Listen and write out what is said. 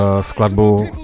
skladbu